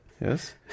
Yes